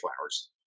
Flowers